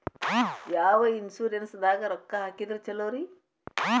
ಯಾವ ಇನ್ಶೂರೆನ್ಸ್ ದಾಗ ರೊಕ್ಕ ಹಾಕಿದ್ರ ಛಲೋರಿ?